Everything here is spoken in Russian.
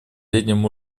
средним